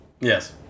Yes